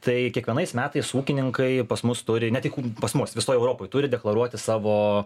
tai kiekvienais metais ūkininkai pas mus turi ne tik pas mus visoj europoj turi deklaruoti savo